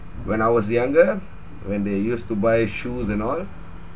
when I was younger when they used to buy shoes and all